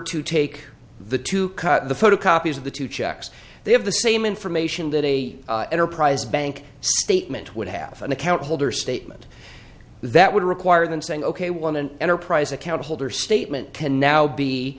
to take the to cut the photocopies of the two checks they have the same information that a enterprise bank statement would have an account holder statement that would require them saying ok one an enterprise account holder statement can now